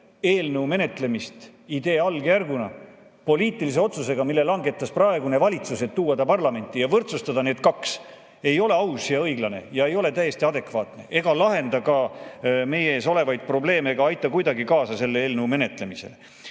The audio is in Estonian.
eelnõu menetlemist poliitilise otsusega, mille langetas praegune valitsus, et tuua eelnõu parlamenti, need kaks võrdsustada – see ei ole aus ja õiglane. See ei ole täiesti adekvaatne, ei lahenda ka meie ees olevaid probleeme ega aita kuidagi kaasa selle eelnõu menetlemisele.